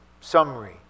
summary